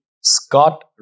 Scott